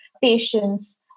patience